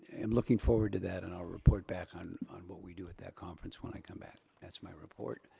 am looking forward to that and i'll report back on on what we do at that conference when i come back. that's my report.